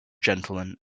gentlemen